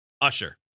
Usher